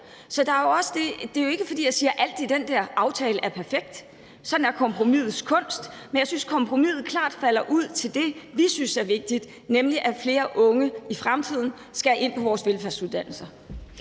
Det er jo ikke, fordi jeg siger, at alt i den der aftale er perfekt. Sådan er kompromisets kunst, men jeg synes, at kompromiset klart falder ud til fordel for det, vi synes er vigtigt, nemlig at flere unge i fremtiden skal ind på vores velfærdsuddannelser.